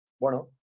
bueno